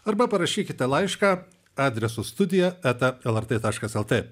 arba parašykite laišką adresu studija eta lrt taškas lt